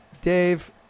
Dave